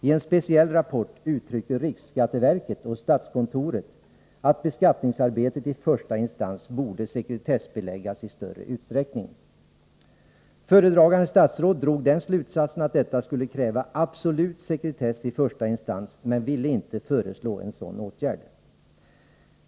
I en speciell rapport framhöll riksskatteverket och statskontoret att beskattningsarbetet i första instans borde sekretessbeläggas i större utsträckning. Föredragande statsrådet drog den slutsatsen att detta skulle kräva absolut sekretess i första instans men ville inte föreslå en sådan åtgärd.